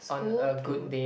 school to